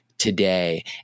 today